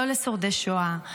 לא לשורדי שואה,